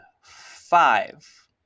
five